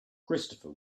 christopher